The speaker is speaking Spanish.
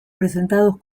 presentados